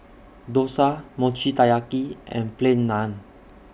Dosa Mochi Taiyaki and Plain Naan